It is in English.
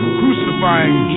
crucifying